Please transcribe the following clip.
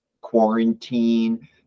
quarantine